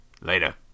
Later